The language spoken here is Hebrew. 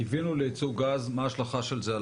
קיווינו לייצוא גז מה ההשלכה של זה על